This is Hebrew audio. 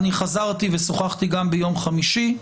חזרתי ושוחחתי גם ביום חמישי.